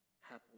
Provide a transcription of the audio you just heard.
happily